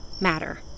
matter